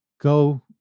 go